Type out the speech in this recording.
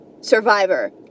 Survivor